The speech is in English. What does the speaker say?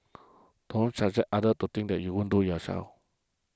don't subject others to things that you wouldn't do yourself